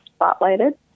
spotlighted